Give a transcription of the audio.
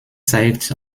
zeigt